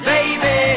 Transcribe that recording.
Baby